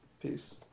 Peace